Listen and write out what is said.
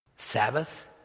Sabbath